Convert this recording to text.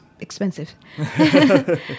expensive